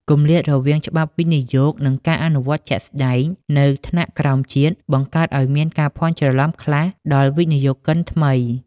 គម្លាតរវាងច្បាប់វិនិយោគ និងការអនុវត្តជាក់ស្ដែងនៅថ្នាក់ក្រោមជាតិ បង្កើតឱ្យមានការភាន់ច្រឡំខ្លះដល់វិនិយោគិនថ្មី។